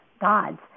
gods